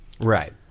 Right